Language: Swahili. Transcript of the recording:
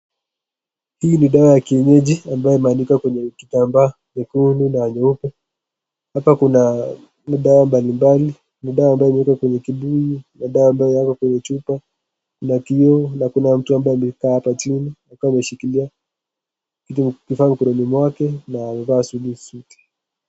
Hii ni dawa kienyeji ambayo imeanikwa kwenye kitamba nyekundu na nyeupe, hapa kuna dawa mbali mbali ni dawa ambayo imewekwa kwenye kibuyu na dawa ambayo yako kwenye chupa na kioo na kuna mtu ambaye amekaa hapa chini akiwa ameshikilia kifaa mkononi mwake na amevaa suti.